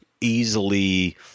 easily